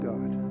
God